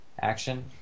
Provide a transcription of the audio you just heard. action